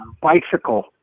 bicycle